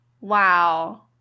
Wow